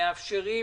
ומאפשרים